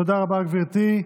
תודה רבה, גברתי.